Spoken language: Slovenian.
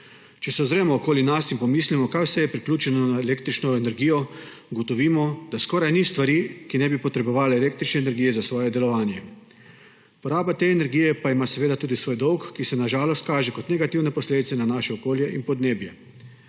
Če se ozremo okoli sebe in pomislimo, kaj vse je priključeno na električno energijo, ugotovimo, da skoraj ni stvari, ki ne bi potrebovala električne energije za svoje delovanje. Poraba te energije pa ima seveda tudi svoj dolg, ki se na žalost kaže kot negativne posledice na naše okolje in podnebje.